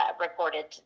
reported